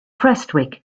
prestwich